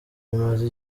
bimaze